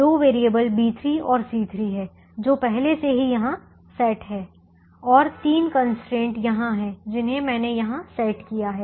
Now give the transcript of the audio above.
दो variable B3 और C3 हैं जो पहले से ही यहां सेट है और तीन कंस्ट्रेंट यहां हैं जिन्हें मैंने यहां सेट किया है